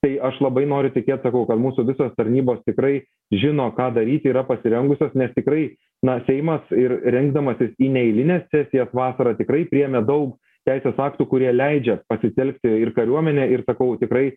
tai aš labai noriu tikėt kad mūsų visos tarnybos tikrai žino ką daryti yra pasirengusios nes tikrai na seimas ir rinkdamasis į neeilines sesijas vasarą tikrai priėmė daug teisės aktų kurie leidžia pasitelkti ir kariuomenę ir sakau tikrai